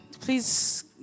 Please